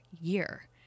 year